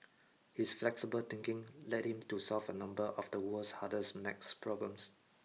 his flexible thinking led him to solve a number of the world's hardest max problems